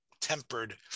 tempered